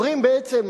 אומרים בעצם,